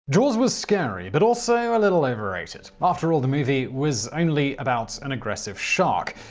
jaws was scary, but also a little overrated. after all, the movie was only about an aggressive shark.